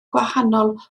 gwahanol